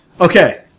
Okay